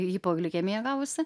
hipoglikemija gavosi